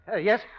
Yes